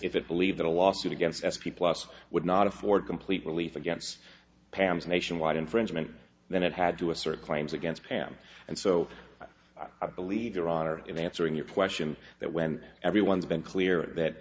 if it believe that a lawsuit against s p plus would not afford complete relief against pam's nationwide infringement then it had to assert claims against pam and so i believe your honor in answering your question that when everyone's been clear that